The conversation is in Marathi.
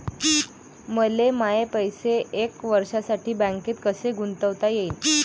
मले माये पैसे एक वर्षासाठी बँकेत कसे गुंतवता येईन?